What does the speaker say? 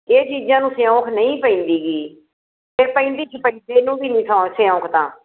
ਇਹ ਚੀਜਾਂ ਨਹੀਂ ਸਿਓਂਕ ਨਹੀਂ ਪੈਂਦੀ ਗੀ ਅਤੇ ਪੈਂਦੀ ਸ਼ਪੈਦੇ ਨੂੰ ਵੀ ਨਹੀਂ ਹਾ ਸਿਓਂਕ ਤਾਂ